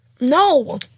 No